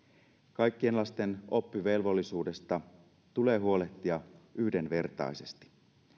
kaikkien lasten oppivelvollisuudesta tulee huolehtia yhdenvertaisesti